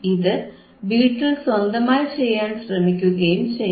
ഇത് വീട്ടിൽ സ്വന്തമായി ചെയ്യാൻ ശ്രമിക്കുകയും ചെയ്യണം